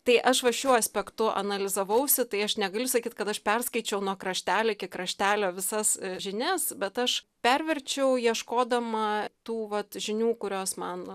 tai aš va šiuo aspektu analizavausi tai aš negaliu sakyt kad aš perskaičiau nuo kraštelio iki kraštelio visas žinias bet aš perverčiau ieškodama tų vat žinių kurios man